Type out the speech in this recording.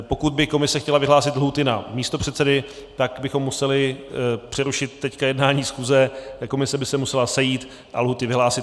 Pokud by komise chtěla vyhlásit lhůty na místopředsedy, tak bychom museli teď přerušit jednání schůze, komise by se musela sejít a lhůty vyhlásit.